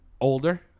older